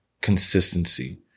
consistency